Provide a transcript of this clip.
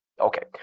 Okay